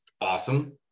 awesome